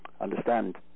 understand